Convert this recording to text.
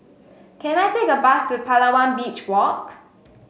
can I take a bus to Palawan Beach Walk